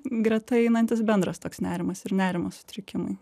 greta einantis bendras toks nerimas ir nerimo sutrikimai